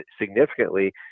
significantly